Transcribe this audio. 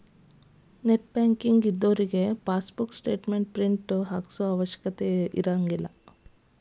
net banking ಇದ್ದೋರಿಗೆ passbook statement print ಹಾಕ್ಸೋ ಅವಶ್ಯಕತೆನ ಇಲ್ಲಾ